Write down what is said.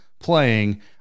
playing